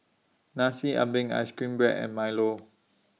Nasi Ambeng Ice Cream Bread and Milo